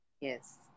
Yes